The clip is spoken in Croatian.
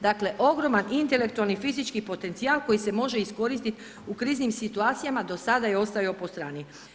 Dakle ogroman intelektualni, fizički potencijal koji se može iskoristiti u kriznim situacijama do sada je ostajao po strani.